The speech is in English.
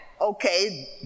Okay